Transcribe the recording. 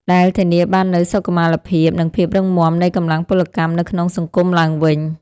ដែលធានាបាននូវសុខុមាលភាព និងភាពរឹងមាំនៃកម្លាំងពលកម្មនៅក្នុងសង្គមឡើងវិញ។